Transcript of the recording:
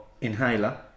Inhaler